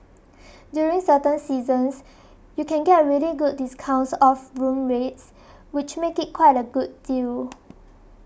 during certain seasons you can get really good discounts off room rates which make it quite a good deal